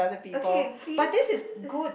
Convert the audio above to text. okay please